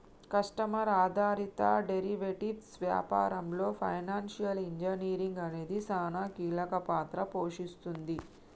customer ఆధారిత derivatives వ్యాపారంలో financial engineering అనేది సానా కీలక పాత్ర పోషిస్తుంది